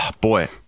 boy